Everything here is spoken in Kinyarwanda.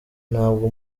ntabwo